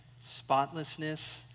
spotlessness